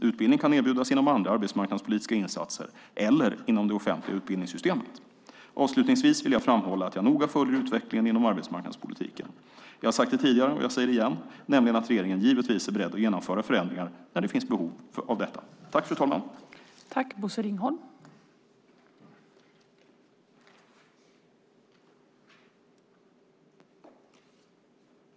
Utbildning kan erbjudas inom andra arbetsmarknadspolitiska insatser eller inom det offentliga utbildningssystemet. Avslutningsvis vill jag framhålla att jag noga följer utvecklingen inom arbetsmarknadspolitiken. Jag har sagt det tidigare och jag säger det igen, nämligen att regeringen givetvis är beredd att genomföra förändringar när det finns behov av detta. Då Monica Green, som framställt interpellationen, anmält att hon var förhindrad att närvara vid sammanträdet medgav tredje vice talmannen att Bosse Ringholm i stället fick delta i överläggningen.